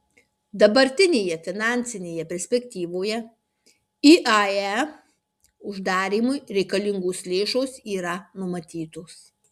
dabartinėje finansinėje perspektyvoje iae uždarymui reikalingos lėšos yra numatytos